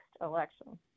election